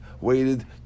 waited